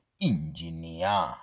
engineer